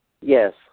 Yes